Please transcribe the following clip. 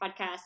Podcast